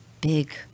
big